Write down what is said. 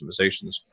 customizations